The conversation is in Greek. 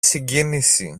συγκίνηση